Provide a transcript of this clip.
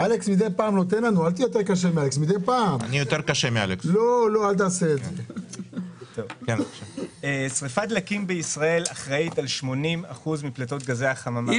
תמחור הפליטות כתוצאה משריפת דלקים תכסה 80% מפליטות גזי החממה בישראל,